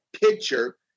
picture